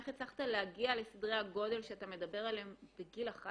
איך הצלחת להגיע לסדרי הגודל שאתה מדבר עליהם בגיל 11